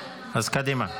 אז קדימה.